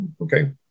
okay